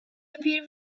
appeared